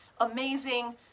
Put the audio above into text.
amazing